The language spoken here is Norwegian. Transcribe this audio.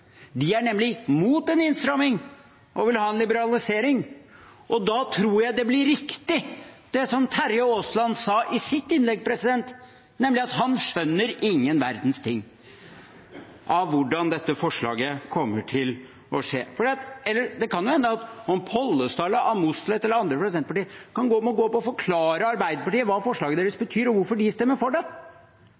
De er nemlig mot en innstramming og vil ha en liberalisering, og da tror jeg det Terje Aasland sa i sitt innlegg, blir riktig, nemlig at han ikke skjønner noen verdens ting av hvordan dette forslaget kommer til å gjennomføres. Det kan hende Pollestad, Mossleth eller andre fra Senterpartiet må gå opp og forklare Arbeiderpartiet hva forslaget deres betyr, og hvorfor de stemmer for det.